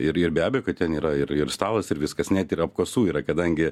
ir ir be abejo kad ten yra ir ir stalas ir viskas net ir apkasų yra kadangi